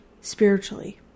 spiritually